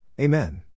Amen